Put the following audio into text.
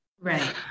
right